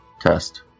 test